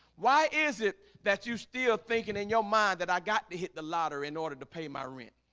why is it that you're still thinking in your mind that i got to hit the lottery in order to pay my rent.